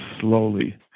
slowly